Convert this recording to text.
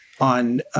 on